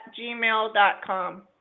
gmail.com